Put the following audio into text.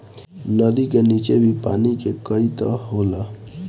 नदी का नीचे भी पानी के कई तह होला